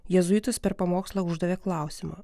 jėzuitas per pamokslą uždavė klausimą